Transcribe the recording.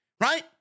right